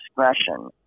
discretion